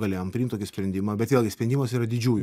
galėjom priimt tokį sprendimą bet vėlgi sprendimas yra didžiųjų